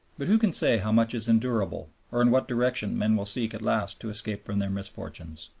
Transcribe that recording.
but who can say how much is endurable, or in what direction men will seek at last to escape from their misfortunes?